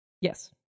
Yes